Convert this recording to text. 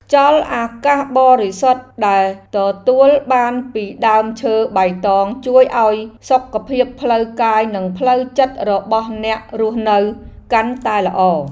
ខ្យល់អាកាសបរិសុទ្ធដែលទទួលបានពីដើមឈើបៃតងជួយឱ្យសុខភាពផ្លូវកាយនិងផ្លូវចិត្តរបស់អ្នករស់នៅកាន់តែល្អ។